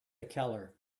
keller